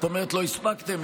את אומרת שלא הספקתם,